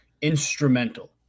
instrumental